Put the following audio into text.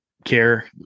care